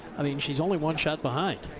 i mean she's only one shot behind.